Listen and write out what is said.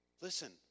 Listen